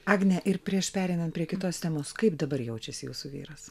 agne ir prieš pereinant prie kitos temos kaip dabar jaučiasi jūsų vyras